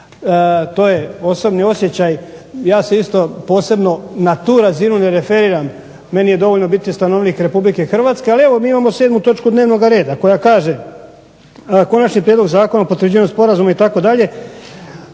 To je osobni osjećaj. Ja se isto posebno na tu razinu ne referiram. Meni je dovoljno biti stanovnik RH, ali evo mi imamo 7. točku dnevnoga reda koja kaže Konačni prijedlog Zakona o potvrđivanju sporazuma itd.,